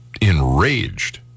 enraged